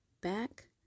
back